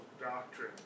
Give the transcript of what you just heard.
Doctrine